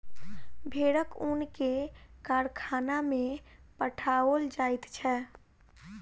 भेड़क ऊन के कारखाना में पठाओल जाइत छै